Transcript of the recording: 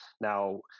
Now